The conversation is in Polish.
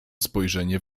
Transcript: spojrzenie